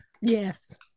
Yes